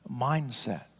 mindset